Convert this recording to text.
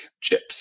chips